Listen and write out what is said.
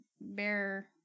bear